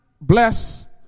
bless